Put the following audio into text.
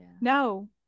no